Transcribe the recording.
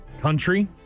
Country